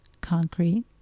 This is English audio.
concrete